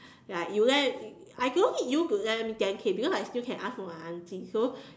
ya you lend I don't need you to lend me ten K because I can still ask from my aunty so